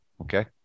okay